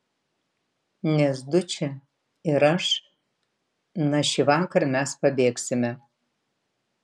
nes dučė ir aš na šįvakar mes pabėgsime